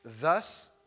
Thus